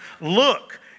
Look